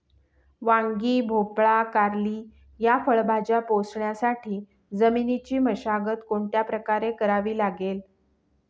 वांगी, भोपळा, कारली या फळभाज्या पोसण्यासाठी जमिनीची मशागत कोणत्या प्रकारे करावी लागेल?